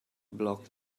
block